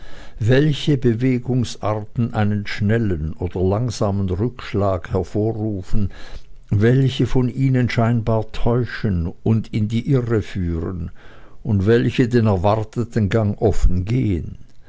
welche bewegungsarten einen schnellen oder langsamen rückschlag hervorrufen welche von ihnen scheinbar täuschen und in die irre führen und welche den erwarteten gang offen gehen